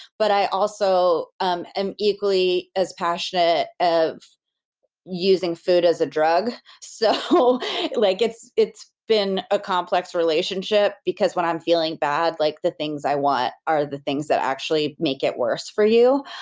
but i also um am equally as passionate of using food as a drug, so like it's it's been a complex relationship because when i'm feeling bad, like the things i want are the things that actually make it worse for you.